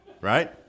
right